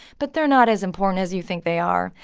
but they're not as important as you think they are.